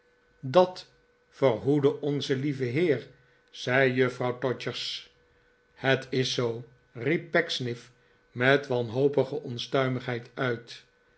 dat verhoede onze lieve heer zei juffrouw todgers het is zoo riep pecksniff met wanhopige onstuimigheid uit